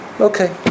okay